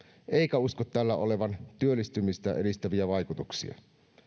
eikä usko tällä olevan työllistymistä edistäviä vaikutuksia